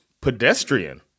pedestrian